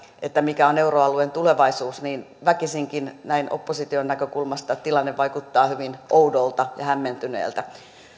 siitä mikä on euroalueen tulevaisuus niin väkisinkin näin opposition näkökulmasta tilanne vaikuttaa hyvin oudolta ja hämmentyneeltä